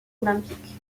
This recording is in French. olympique